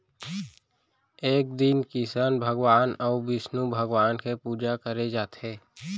ए दिन किसन भगवान अउ बिस्नु भगवान के पूजा करे जाथे